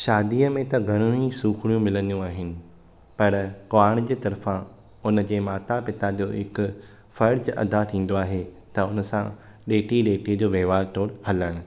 शादीअ में त घणियूं सूख़ड़ियूं मिलंदियूं आहिनि पर कुंआर जे तरफ़ा हुनजे माता पिता जो हिकु फर्ज़ अदा थीन्दो आहे त हुनसां ॾेती लेती जो वहिंवार थो हलनि